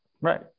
Right